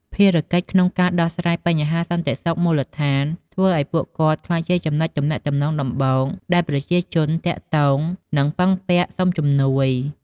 ភារកិច្ចក្នុងការដោះស្រាយបញ្ហាសន្តិសុខមូលដ្ឋានធ្វើឲ្យពួកគាត់ក្លាយជាចំណុចទំនាក់ទំនងដំបូងដែលប្រជាជនទាក់ទង ឬពឹងពាក់សុំជំនួយ។